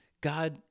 God